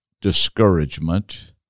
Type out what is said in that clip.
discouragement